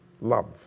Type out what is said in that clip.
love